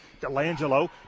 Delangelo